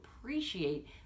appreciate